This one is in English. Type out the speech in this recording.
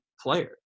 player